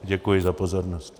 Děkuji za pozornost.